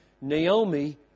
Naomi